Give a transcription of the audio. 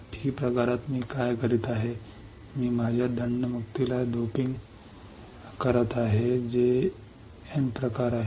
P प्रकारात मी काय करीत आहे मी माझ्या दंडमुक्तीला डोपिंग करत आहे जे एन प्रकार आहे